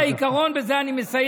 כל העיקרון, בזה אני מסיים.